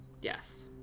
yes